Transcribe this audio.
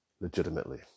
legitimately